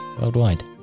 worldwide